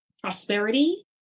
prosperity